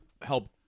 help